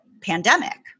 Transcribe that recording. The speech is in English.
pandemic